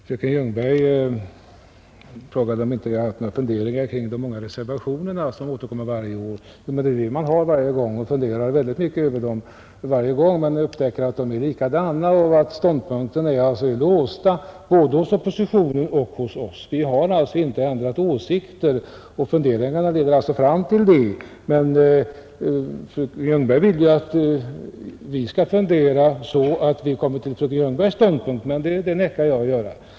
Herr talman! Fröken Ljungberg frågade om jag inte hade haft några funderingar kring de många reservationer som återkommer varje år. Jo, det är ju det man har. Man funderar mycket över dem varje gång, och man upptäcker att de är likadana varje gång. Ståndpunkterna är alltså låsta, både oppositionens och våra; vi har inte ändrat åsikter. Det är alltså det funderingarna leder fram till men fröken Ljungberg vill att vi skall fundera så att vi kommer till fröken Ljungbergs uppfattning, men det vägrar jag att göra.